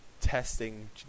testing